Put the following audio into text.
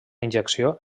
injecció